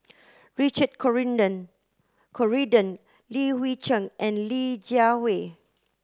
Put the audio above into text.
Richard Corridon Li Hui Cheng and Li Jiawei